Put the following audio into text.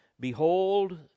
Behold